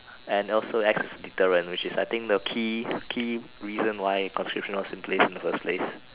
and also acts as a deterrent which is I think the key key reason why conscription was in place in the first place